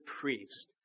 priest